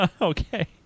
Okay